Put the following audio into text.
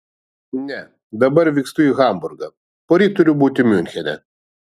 ne dabar vykstu į hamburgą poryt turiu būti miunchene